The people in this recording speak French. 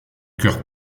cœur